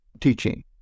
Teaching